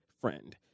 FRIEND